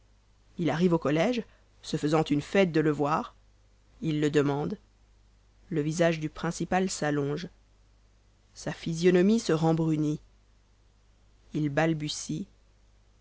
il arrive au collége se faisant une fête de le voir il le demande le visage du principal s'allonge sa physionomie se rembrunit il